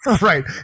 Right